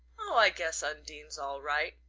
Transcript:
oh, i guess undine's all right.